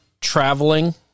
traveling